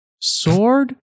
Sword